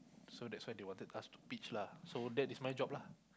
so that's why they wanted us to pitch lah so that is my job lah